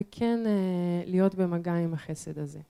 וכן להיות במגע עם החסד הזה